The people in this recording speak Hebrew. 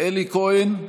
אלי כהן,